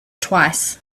twice